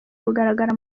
kugaragara